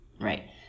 right